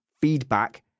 feedback